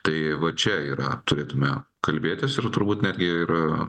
tai va čia yra turėtume kalbėtis ir turbūt netgi ir